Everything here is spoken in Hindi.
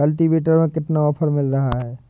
कल्टीवेटर में कितना ऑफर मिल रहा है?